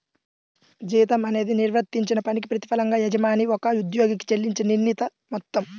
జీతం అనేది నిర్వర్తించిన పనికి ప్రతిఫలంగా యజమాని ఒక ఉద్యోగికి చెల్లించే నిర్ణీత మొత్తం